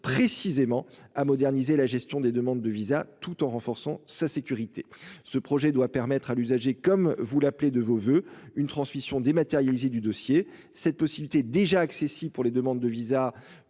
précisément à moderniser la gestion des demandes de visas tout en renforçant sa sécurité. Ce projet doit permettre à l'usager, comme vous l'appelez de vos voeux une transmission dématérialisée du dossier cette possibilité déjà accessible pour les demandes de visas